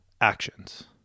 actions